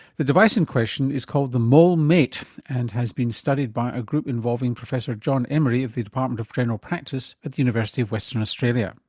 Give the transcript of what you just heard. the device in question is called the molemate and has been studied by a group involving professor jon emery of the department of general practice at the university of western australia.